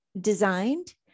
designed